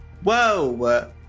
Whoa